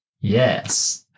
yes